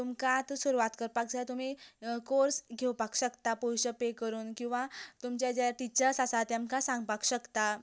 तुमकां आता सुरवात करपाक जाय तुमी कोर्स घेवपाक शकता पयशे पे करून किंवां तुमचे जे टिचर्स आसा तेमकां सांगपाक शकता